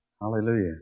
Hallelujah